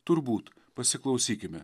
turbūt pasiklausykime